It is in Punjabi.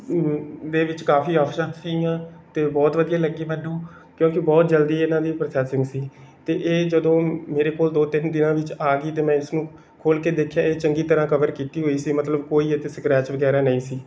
ਦੇ ਵਿੱਚ ਕਾਫ਼ੀ ਓਪਸ਼ਨਸ ਸੀਗੀਆਂ ਅਤੇ ਬਹੁਤ ਵਧੀਆ ਲੱਗੀ ਮੈਨੂੰ ਕਿਉਂਕਿ ਬਹੁਤ ਜਲਦੀ ਇਹਨਾਂ ਦੀ ਪ੍ਰਸੈਸਿੰਗ ਸੀ ਅਤੇ ਇਹ ਜਦੋਂ ਮੇਰੇ ਕੋਲ ਦੋ ਤਿੰਨ ਦਿਨਾਂ ਵਿੱਚ ਆ ਗਈ ਅਤੇ ਮੈਂ ਇਸਨੂੰ ਖੋਲ੍ਹ ਕੇ ਦੇਖਿਆ ਇਹ ਚੰਗੀ ਤਰ੍ਹਾਂ ਕਵਰ ਕੀਤੀ ਹੋਈ ਸੀ ਮਤਲਬ ਕੋਈ ਇਹ 'ਤੇ ਸਕਰੈਚ ਵਗੈਰਾ ਨਹੀਂ ਸੀ